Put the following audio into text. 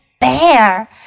bear